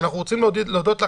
אנחנו רוצים להודות לך,